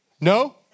No